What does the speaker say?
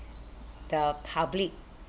the public